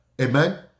Amen